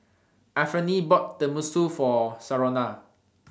Anfernee bought Tenmusu For Sharonda